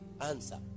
answer